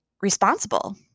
responsible